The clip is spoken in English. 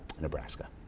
Nebraska